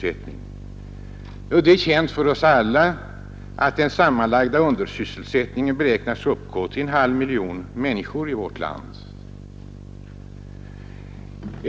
Som väl alla vet beräknas den sammanlagda undersysselsättningen i vårt land uppgå till en halv miljon människor.